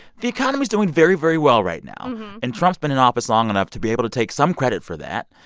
the economy's doing very, very well right now and trump's been in office long enough to be able to take some credit for that.